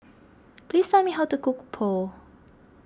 please tell me how to cook Pho